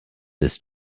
des